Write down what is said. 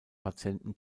patienten